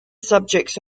subjects